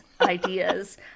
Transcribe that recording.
ideas